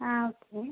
ஆ okay